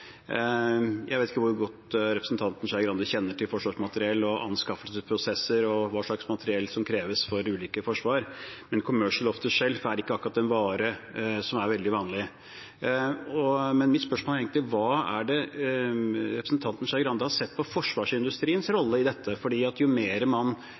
Jeg vet ikke hvor godt representanten Skei Grande kjenner til forsvarsmateriell og anskaffelsesprosesser og hva slags materiell som kreves for ulike forsvar, men «Commercial Off-TheShelf» er ikke akkurat en vare som er veldig vanlig. Men mitt spørsmål er egentlig: Hva er det representanten Skei Grande har sett av forsvarsindustriens rolle i dette? For jo mer man